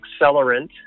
accelerant